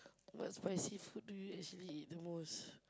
what spicy food do you actually eat the most